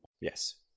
Yes